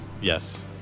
Yes